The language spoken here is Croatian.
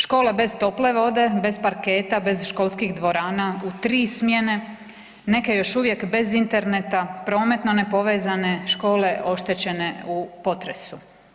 Škole bez tople vode, bez parketa, bez školskih dvorana, u tri smjene, neke još uvijek bez interneta, prometno nepovezane škole oštećene u potresu.